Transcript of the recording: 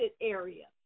area